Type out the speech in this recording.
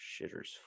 shitters